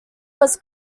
was